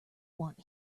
want